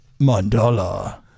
Mandala